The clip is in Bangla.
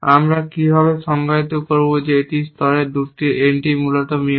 আমরা কিভাবে সংজ্ঞায়িত করব যে একটি স্তরের দুটি এন্ট্রি মূলত Mutex